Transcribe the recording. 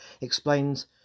explains